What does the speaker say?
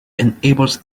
enables